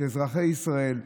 את אזרחי ישראל,